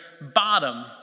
bottom